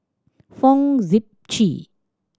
Fong Sip Chee